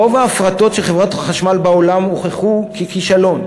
כשרוב ההפרטות של חברות החשמל בעולם הוכחו ככישלון?